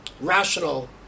rational